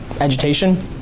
agitation